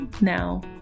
Now